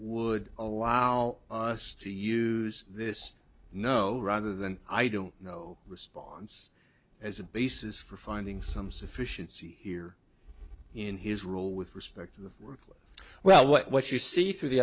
would allow us to use this no rather than i don't know response as a basis for finding some sufficiency here in his rule with respect to the well what you see through the